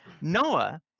Noah